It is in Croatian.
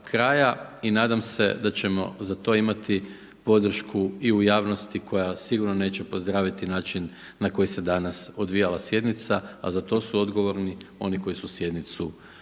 I nadam se da ćemo za to imati podršku i u javnosti koja sigurno neće pozdraviti način na koji se danas odvijala sjednica a za to su odgovorni oni koji su sjednicu